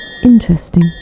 Interesting